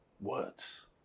Words